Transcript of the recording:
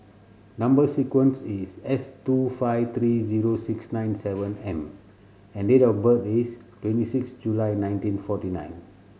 number sequence is S two five three zero six nine seven M and date of birth is twenty six July nineteen forty nine